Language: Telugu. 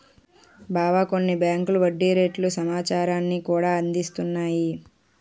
బావా కొన్ని బేంకులు వడ్డీ రేట్ల సమాచారాన్ని కూడా అందిస్తున్నాయి